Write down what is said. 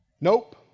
Nope